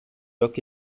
occhi